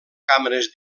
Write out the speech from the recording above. càmeres